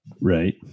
Right